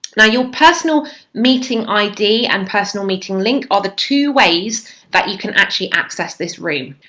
now your personal meeting id and personal meeting link are the two ways that you can actually access this room.